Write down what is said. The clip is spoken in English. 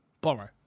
Borrow